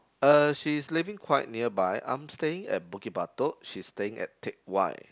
uh she is living quite nearby I'm staying at Bukit Batok she is staying at Teck Whye